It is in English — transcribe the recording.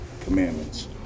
commandments